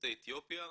ליוצאי אתיופיה.